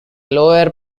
lower